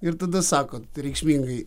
ir tada sakot reikšmingai